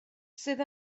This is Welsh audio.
sydd